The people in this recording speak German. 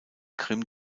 grimm